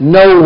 no